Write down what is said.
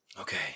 Okay